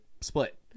split